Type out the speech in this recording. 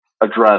address